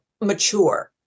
mature